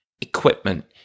equipment